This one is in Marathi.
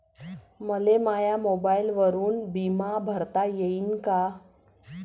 मले माया मोबाईलवरून बिमा भरता येईन का?